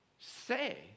say